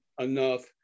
enough